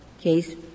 case